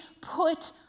put